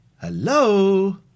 Hello